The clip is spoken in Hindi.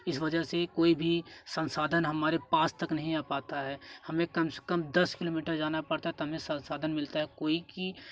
इस वजह से कोई भी संसाधन हमारे पास तक नहीं आ पाता है हमें कम से कम दस किलोमीटर जाना पड़ता है तो हमें संसाधन मिलता है कोई कि